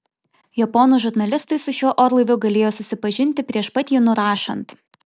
japonų žurnalistai su šiuo orlaiviu galėjo susipažinti prieš pat jį nurašant